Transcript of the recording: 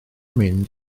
mynd